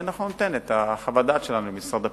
ואנחנו ניתן את חוות הדעת שלנו למשרד הפנים,